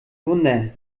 wunder